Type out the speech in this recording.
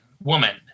woman